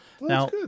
Now